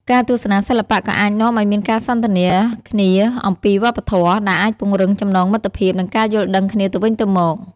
ការទស្សនាសិល្បៈក៏អាចនាំឲ្យមានការសន្ទនាគ្នាអំពីវប្បធម៌ ដែលអាចពង្រឹងចំណងមិត្តភាព និងការយល់ដឹងគ្នាទៅវិញទៅមក។